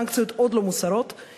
הסנקציות עוד לא מוסרות.